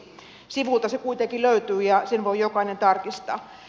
sivuilta se kuitenkin löytyy ja sen voi jokainen tarkistaa